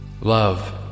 Love